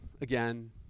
again